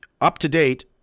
up-to-date